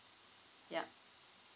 yup